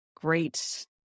great